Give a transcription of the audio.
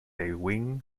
wing